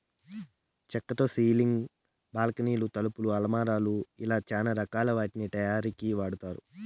చక్కతో సీలింగ్, బాల్కానీలు, తలుపులు, అలమారాలు ఇలా చానా రకాల వాటి తయారీకి వాడతారు